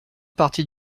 partie